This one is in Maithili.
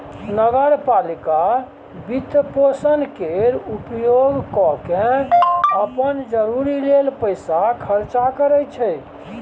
नगर पालिका वित्तपोषण केर उपयोग कय केँ अप्पन जरूरी लेल पैसा खर्चा करै छै